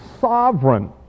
sovereign